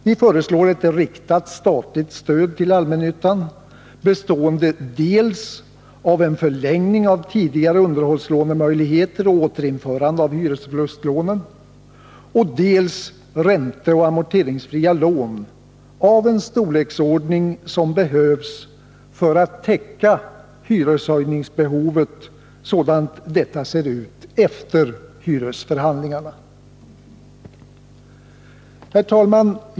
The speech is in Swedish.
Vi föreslår ett riktat statligt stöd till allmännyttan bestående dels av förlängda underhållslån och återinförande av hyresförlustlånen, dels av ränteoch amorteringsfria lån av en storleksordning som behövs för att täcka hyreshöjningsbehovet sådant detta ser ut efter hyresförhandlingarna. Herr talman!